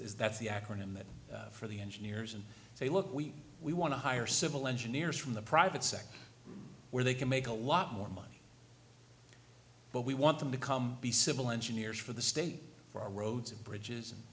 that's the acronym that for the engineers and say look we we want to hire civil engineers from the private sector where they can make a lot more money but we want them to come be civil engineers for the state for our roads and bridges and